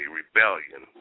rebellion